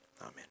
Amen